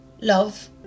love